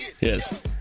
Yes